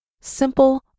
Simple